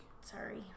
Sorry